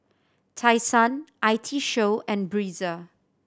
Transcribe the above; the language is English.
Tai Sun I T Show and Breezer